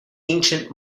ancient